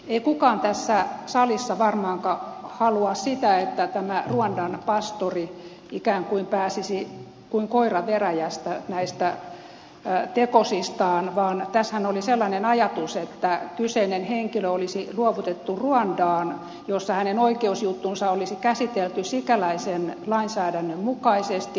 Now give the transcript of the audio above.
ei kukaan tässä salissa varmaankaan halua sitä että tämä ruandan pastori ikään kuin pääsisi kuin koira veräjästä näistä tekosistaan vaan tässähän oli sellainen ajatus että kyseinen henkilö olisi luovutettu ruandaan jossa hänen oikeusjuttunsa olisi käsitelty sikäläisen lainsäädännön mukaisesti